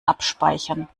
abspeichern